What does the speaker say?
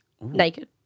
Naked